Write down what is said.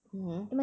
mmhmm